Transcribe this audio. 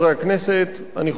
אני חושב שאין חולק